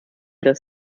das